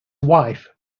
wife